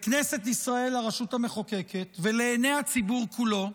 לכנסת ישראל, הרשות המחוקקת, ולעיני הציבור כולו,